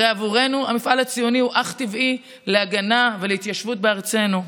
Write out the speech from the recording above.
הרי עבורנו המפעל הציוני הוא טבעי להגנה ולהתיישבות בארצנו.